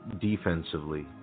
defensively